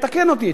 תקן אותי,